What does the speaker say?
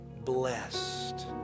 blessed